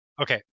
okay